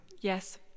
Yes